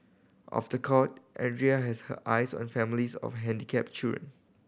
off the court Andrea has her eyes on families of handicapped children